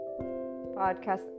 podcast